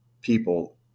people